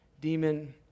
demon